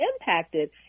impacted